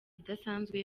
idasanzwe